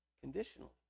Conditional